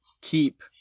keep